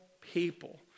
people